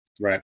Right